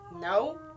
No